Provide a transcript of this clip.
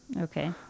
Okay